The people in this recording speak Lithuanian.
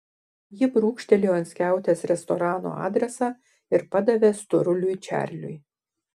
ji brūkštelėjo ant skiautės restorano adresą ir padavė storuliui čarliui